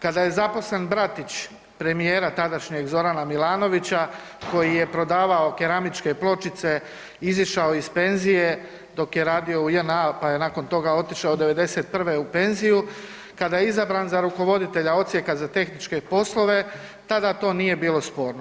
Kada je zaposlen bratić premijera tadašnjeg Zorana Milanovića koji je prodavao keramičke pločice, izišao iz penzije dok je radio u JNA, pa je nakon toga otišao '91. u penziju, kada je izabran za rukovoditelja odsjeka za tehničke poslove tada to nije bilo sporno.